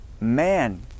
man